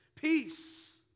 Peace